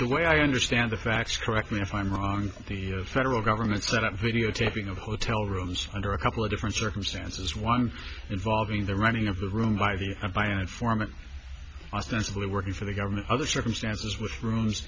the way i understand the facts correct me if i'm wrong the federal government set up videotaping of hotel rooms under a couple of different circumstances one involving the running of the room by the by an informant ostensibly working for the government other circumstances which rooms